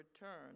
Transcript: return